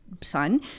son